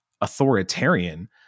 authoritarian